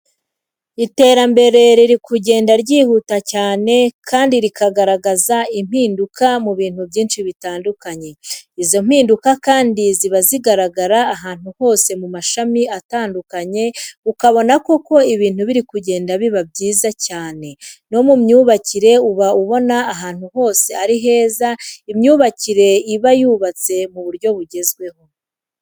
Iterambere riri kugenda ryihuta cyane kandi rikagaragaza impinduka mu bintu byinshi bitandukanye, izo mpinduka kandi ziba zigaragara ahantu hose mu mashami atandukanye ukabona koko ibintu biri kugenda biba byiza cyane, no mu myubakire uba ubona ahantu hose ari heza imyubakire iba yubatse mu buryo bugezweho.